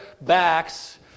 backs